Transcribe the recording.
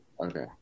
Okay